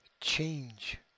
change